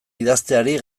idazteari